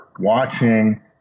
watching